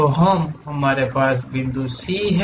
तो हमारे पास बिंदु C है